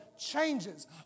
Changes